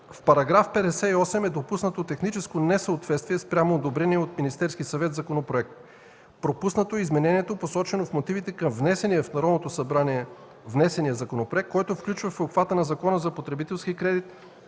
В § 58 е допуснато техническо несъответствие спрямо одобрения от Министерския съвет законопроект. Пропуснато е изменението, посочено в мотивите към внесения в Народното събрание законопроект, което включва в обхвата на Закона за потребителския кредит